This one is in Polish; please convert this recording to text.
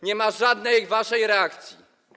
Nie ma żadnej waszej reakcji.